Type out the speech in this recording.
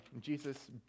Jesus